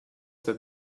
that